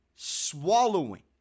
swallowing